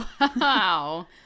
Wow